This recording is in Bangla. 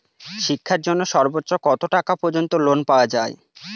শিক্ষার জন্য সর্বোচ্চ কত টাকা পর্যন্ত লোন পাওয়া য়ায়?